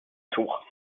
tour